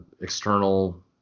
external